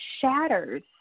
shatters